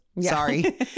Sorry